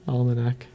Almanac